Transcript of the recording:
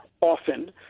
often